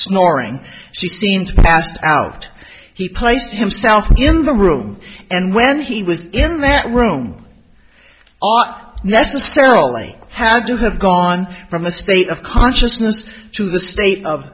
snoring she seemed passed out he placed himself in the room and when he was in that room ot necessarily have to have gone from the state of consciousness to the state of